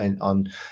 on